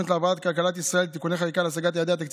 חוק התוכנית להבראת כלכלת ישראל (תיקוני חקיקה להשגת יעדי התקציב